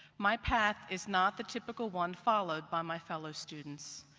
my path is not the typical one followed by my fellow students.